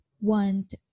want